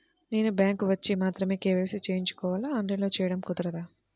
నేను బ్యాంక్ వచ్చి మాత్రమే కే.వై.సి చేయించుకోవాలా? ఆన్లైన్లో చేయటం కుదరదా?